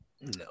No